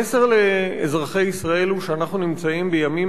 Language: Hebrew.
המסר לאזרחי ישראל הוא שאנחנו נמצאים בימים